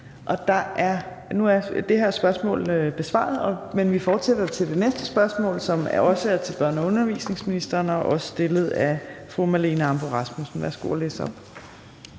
Nu er det spørgsmål besvaret. Men vi fortsætter med det næste spørgsmål, som også er til børne- og undervisningsministeren, og det er også stillet af fru Marlene Ambo-Rasmussen. Kl. 15:19 Spm.